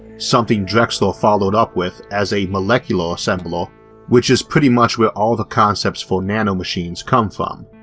something drexler followed up with as a molecular assembler which is pretty much where all the concepts for nano-machines come from.